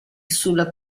sulla